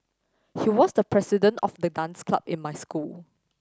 he was the president of the dance club in my school